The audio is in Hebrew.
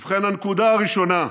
ובכן, לנקודה הראשונה,